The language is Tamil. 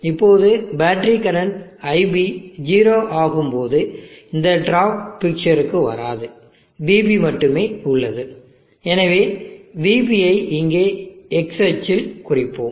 இப்போது பேட்டரி கரன்ட் iB 0 ஆகும் போது இந்த டிராப் பிக்சருக்கு வராது vB மட்டுமே உள்ளது எனவே vB ஐ இங்கே X அச்சில் குறிப்போம்